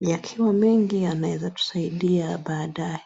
yakiwa mengi yanaeza tusaidia baadaye.